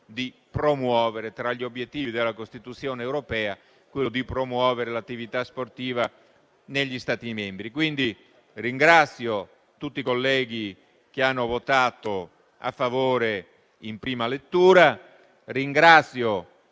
pone tra gli obiettivi della Costituzione europea, quello di promuovere l'attività sportiva negli Stati membri. Ringrazio tutti i colleghi che hanno votato a favore del provvedimento in prima lettura. Ringrazio